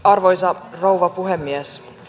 arvoisa rouva puhemies